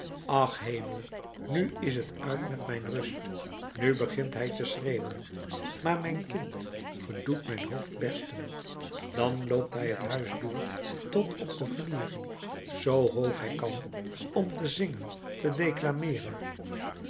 ach hemel nu is t uit met mijn rust nu begint hij te schreeuwen maar mijn kind ge doet mijn hoofd bersten dan loopt hij het huis door tot op de vliering zoo hoog hij kan om te zingen te